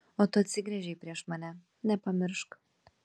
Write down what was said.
o tu atsigręžei prieš mane nepamiršk